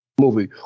movie